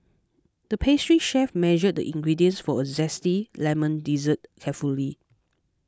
the pastry chef measured the ingredients for a Zesty Lemon Dessert carefully